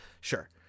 sure